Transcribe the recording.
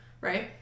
right